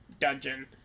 dungeon